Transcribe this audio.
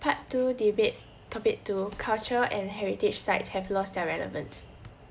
part two debate topic two culture and heritage sites have lost their relevance